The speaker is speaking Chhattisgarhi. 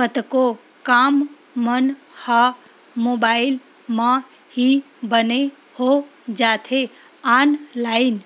कतको काम मन ह मुबाइल म ही बने हो जाथे ऑनलाइन